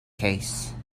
case